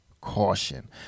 caution